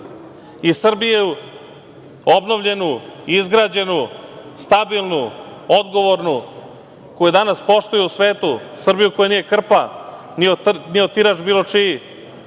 i Srbiju obnovljenu, izgrađenu, stabilnu, odgovornu, koju danas poštuju u svetu, Srbiju koja nije krpa ni otirač bilo čiji,